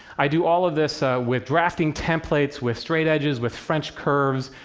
i do all of this with drafting templates, with straight edges, with french curves,